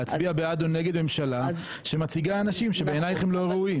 להצביע בעד או נגד ממשלה שמציגה אנשים שבעינייך הם לא ראויים.